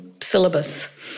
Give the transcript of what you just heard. syllabus